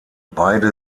beide